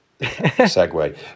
segue